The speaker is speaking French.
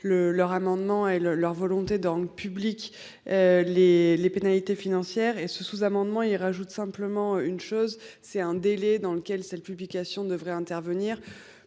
leur amendement et le leur volonté dans public. Les les pénalités financières et ce sous-amendement il rajoute simplement une chose, c'est un délai dans lequel cette publication devrait intervenir